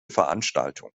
veranstaltung